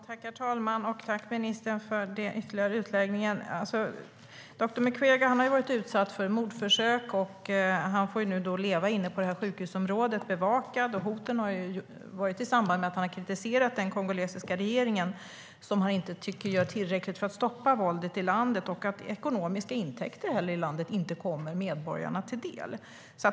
Herr talman! Tack, ministern, för den ytterligare utläggningen! Doktor Mukwege har varit utsatt för mordförsök och får nu leva inne på sjukhusområdet, bevakad. Hoten har skett i samband med att han har kritiserat den kongolesiska regeringen, som han tycker inte gör tillräckligt för att stoppa våldet i landet, och att ekonomiska intäkter inte kommer medborgarna till del.